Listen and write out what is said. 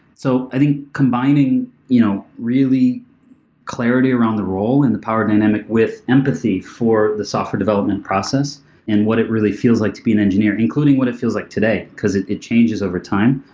so i think combining you know really clarity around the role in the power dynamic with empathy for the software development process and what it really feels like to be an engineer including what it feels like today, because it it changes over time.